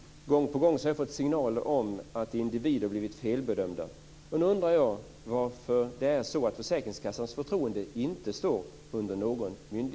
Gång på gång har jag fått signaler om att individer har blivit felbedömda.